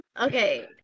Okay